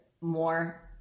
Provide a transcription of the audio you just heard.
more